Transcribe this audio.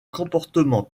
comportement